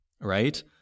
Right